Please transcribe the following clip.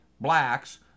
blacks